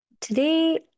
Today